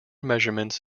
measurements